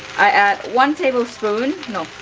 i add one tablespoon no